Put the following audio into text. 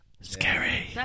scary